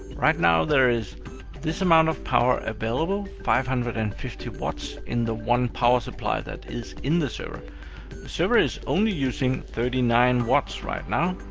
right now, there is this amount of power available, five hundred and fifty watts, in the one power supply that is in the server. the server is only using thirty nine watts right now,